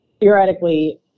theoretically